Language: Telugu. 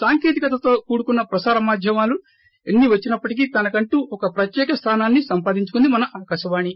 సాంకేతికతతో కూడుకున్న ప్రసార మాధ్యమాలు ఎన్ని వచ్చినప్పటిక్ తనకంటూ ఒక ప్రత్యేక స్లానాన్ని సంపాదించుకుంది మన ఆకాశవాణి